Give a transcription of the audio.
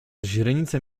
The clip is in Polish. źrenice